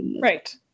Right